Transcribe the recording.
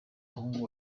umuhungu